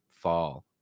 fall